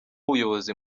ubuyobozi